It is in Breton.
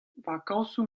vakañsoù